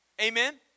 Amen